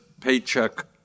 paycheck